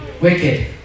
wicked